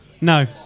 No